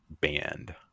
band